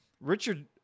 Richard –